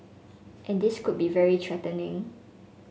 and this could be very threatening